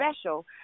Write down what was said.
special